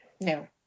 No